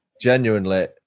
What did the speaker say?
Genuinely